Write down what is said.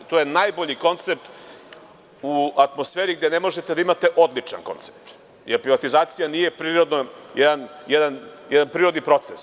To je najbolji koncept u atmosferi gde ne možete da imate odličan koncept, jer privatizacija nije jedan prirodni proces.